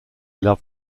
love